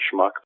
schmuck